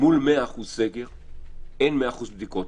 מול 100% סגר אין 100% בדיקות.